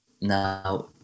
Now